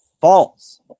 False